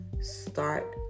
Start